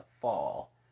fall